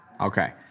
Okay